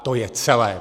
To je celé.